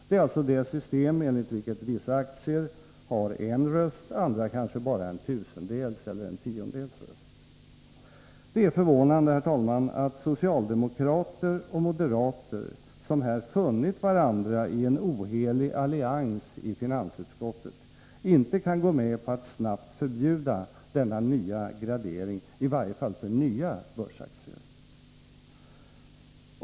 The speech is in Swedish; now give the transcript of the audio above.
Det är alltså det system enligt vilket vissa aktier har en röst, andra kanske bara en tiondels eller en tusendels röst. Det är förvånande, herr talman, att socialdemokrater och moderater, som här funnit varandra i en ohelig allians i finansutskottet, inte kan gå med på att snabbt förbjuda denna gradering i varje fall för nya börsaktier.